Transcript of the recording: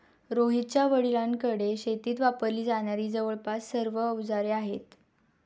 रोहितच्या वडिलांकडे शेतीत वापरली जाणारी जवळपास सर्व अवजारे आहेत